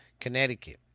Connecticut